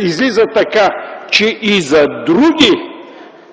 излиза така, че е „и за други,